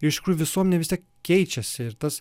ir iš tikrųjų visuomenė vis tiek keičiasi ir tas